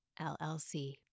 LLC